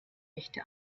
echte